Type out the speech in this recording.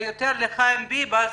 יותר לחיים ביבס,